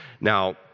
Now